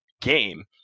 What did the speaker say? game